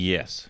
Yes